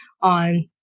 on